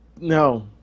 No